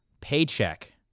paycheck